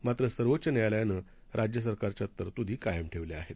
मात्रसर्वोच्चन्यायालयानंराज्यसरकारच्यातरतुदीकायमठेवल्याआहेत